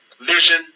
Vision